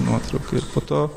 nuotrauka ir po to